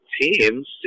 teams